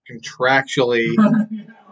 contractually